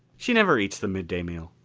she never eats the midday meal,